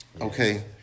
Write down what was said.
Okay